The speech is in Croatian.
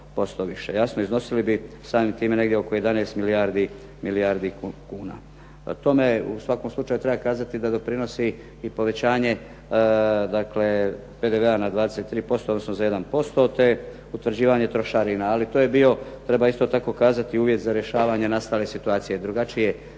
Jasno iznosili bi samim time negdje oko 11 milijardi kuna. Tome u svakom slučaju treba kazati da doprinosi i o povećanje dakle PDV-a na 23%, odnosno za 1%, te utvrđivanje trošarina. Ali to je bio, treba isto tako kazati, uvjet za rješavanje nastale situacije